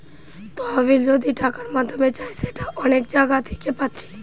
তহবিল যদি টাকার মাধ্যমে চাই সেটা অনেক জাগা থিকে পাচ্ছি